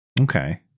Okay